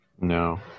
No